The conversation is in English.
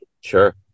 sure